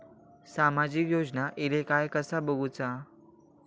सामाजिक योजना इले काय कसा बघुचा?